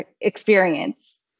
experience